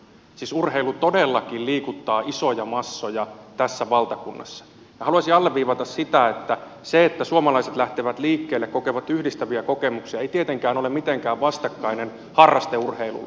siis urheilu todellakin liikuttaa isoja massoja tässä valtakunnassa ja haluaisin alleviivata sitä että se että suomalaiset lähtevät liikkeelle kokevat yhdistäviä kokemuksia ei tietenkään ole mitenkään vastakkainen harrasteurheilulle